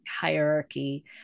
hierarchy